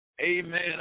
Amen